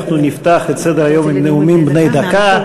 אנחנו נפתח את סדר-היום עם נאומים בני דקה.